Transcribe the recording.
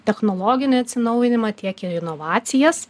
technologinį atsinaujinimą tiek į inovacijas